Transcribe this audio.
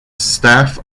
staff